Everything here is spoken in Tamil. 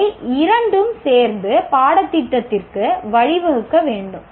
இவை இரண்டும் சேர்ந்து பாடத்திட்டத்திற்கு வழிவகுக்க வேண்டும்